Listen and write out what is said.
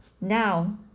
Now